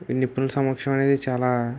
నిపుణుల సమక్షం అనేది చాలా